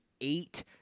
eight